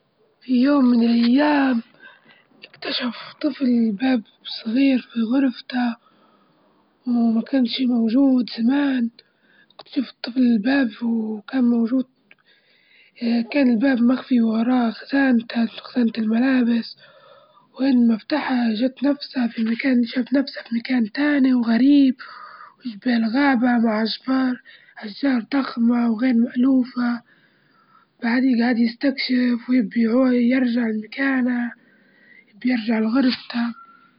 في يوم من الأيام، اكتشف طفل باب صغير في غرفته، وما كانشي موجود زمان، كنت شفت الباب وكان موجود كان الباب مخفي وراه خزانته خزانة الملابس وين ما أفتحها جت نفسه شاف نفسه في مكان تاني وغريب وبين غابة مع أشجار أشجار ضخمة وغير مألوفة، بعدين جعد يستكشف ويبي يرجع مكانه بيرجع لغرفته.